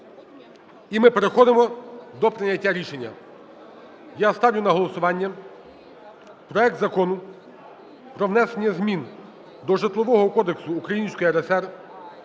І ми переходимо до прийняття рішення. Я ставлю на голосування проект Закону про внесення змін до Житлового кодексу Української РСР